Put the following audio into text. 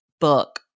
book